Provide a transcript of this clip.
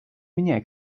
mnie